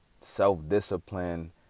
Self-discipline